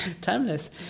timeless